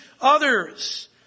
others